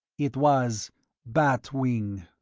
it was bat wing